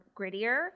grittier